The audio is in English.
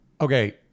okay